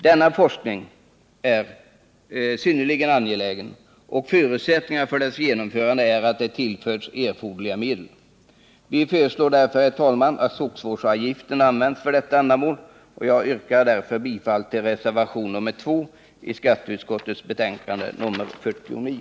Denna forskning är synnerligen angelägen, och förutsättningarna för dess genomförande är att den tillförs erforderliga medel. Vi föreslår därför, herr talman, att skogsvårdsavgiften används för detta ändamål. Jag yrkar bifall till reservation nr 2 vid skatteutskottets betänkande nr 49.